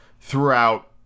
throughout